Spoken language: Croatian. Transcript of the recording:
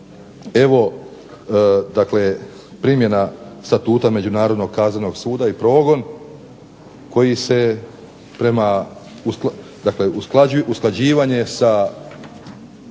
evo primjena statuta Međunarodnog kaznenog suda i progon koji se prema, dakle usklađivanje sa,